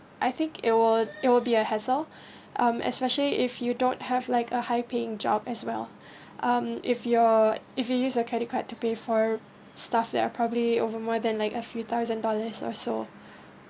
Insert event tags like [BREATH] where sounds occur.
I think it will it will be a hassle [BREATH] um especially if you don't have like a high paying job as well [BREATH] um if your if you use a credit card to pay for stuff that are probably over more than like a few thousand dollars also